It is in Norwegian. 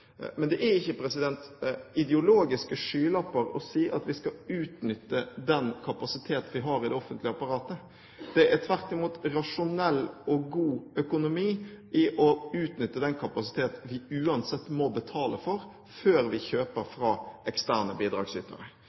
Men det er ikke ideologiske skylapper å si at vi skal utnytte den kapasitet vi har i det offentlige apparatet. Det er tvert imot rasjonell og god økonomi å utnytte den kapasitet vi uansett må betale for, før vi kjøper fra eksterne bidragsytere.